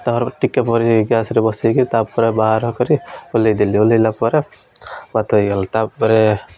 ତା'ପରେ ଟିକେ ପରେ ଗ୍ୟାସ୍ରେ ବସେଇକି ତା'ପରେ ବାହାର କରି ଓଲ୍ଲେଇ ଦେଲି ଓଲ୍ଲେଇଲା ପରେ ଭାତ ହେଇଗଲି ତା'ପରେ